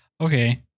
Okay